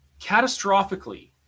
catastrophically